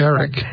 Eric